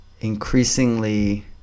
increasingly